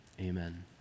Amen